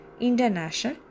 International